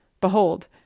Behold